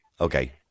Okay